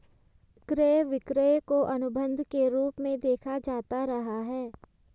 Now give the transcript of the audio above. क्रय विक्रय को अनुबन्ध के रूप में देखा जाता रहा है